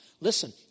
Listen